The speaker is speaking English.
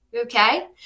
okay